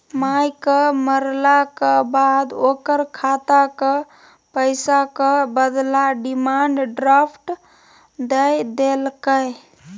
मायक मरलाक बाद ओकर खातक पैसाक बदला डिमांड ड्राफट दए देलकै